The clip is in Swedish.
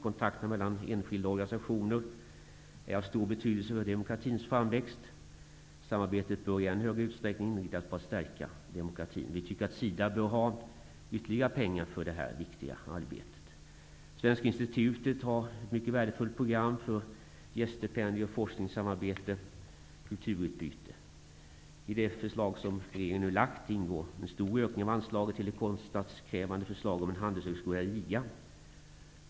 Kontakter mellan enskilda organisationer är av stor betydelse för demokratins framväxt. Samarbetet bör i ännu större utsträckning inriktas på att stärka demokratin. Vi tycker att SIDA bör få ytterligare pengar för detta viktiga arbete. Svenska institutet har ett mycket värdefullt program för gäststipendier, forskningssamarbete och kulturutbyte. I det förslag som regeringen nu lagt fram ingår en stor ökning av anslaget till ett kostnadskrävande förslag om en handelshögskola i Riga.